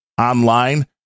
online